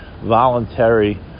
voluntary